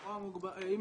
כן.